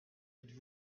êtes